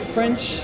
French